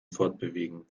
fortbewegen